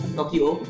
Tokyo